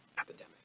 epidemic